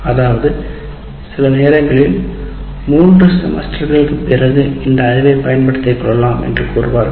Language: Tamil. அல்லது சில நேரங்களில் 3 செமஸ்டர்களுக்குப் பிறகு இந்த அறிவைப் பயன்படுத்திக் கொள்ளலாம் என்று கூறுவார்கள்